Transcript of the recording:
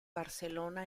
barcelona